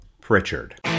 Pritchard